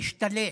להשתלט,